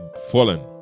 fallen